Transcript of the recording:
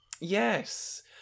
Yes